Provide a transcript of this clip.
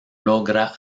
logra